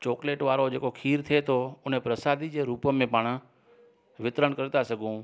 chocolate वारो जेको खीर थिए थो उन प्रसादि जे रुप में पाण वितरण करे था सघूं